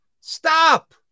Stop